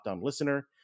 listener